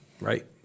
right